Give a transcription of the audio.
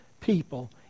people